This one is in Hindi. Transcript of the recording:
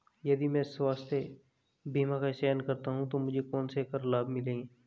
यदि मैं स्वास्थ्य बीमा का चयन करता हूँ तो मुझे कौन से कर लाभ मिलेंगे?